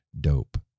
dope